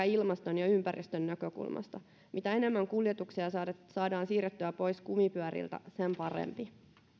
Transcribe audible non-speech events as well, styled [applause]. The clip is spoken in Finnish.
[unintelligible] ilmaston ja ympäristön näkökulmasta mitä enemmän kuljetuksia saadaan siirrettyä pois kumipyöriltä sen parempi